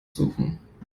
suchen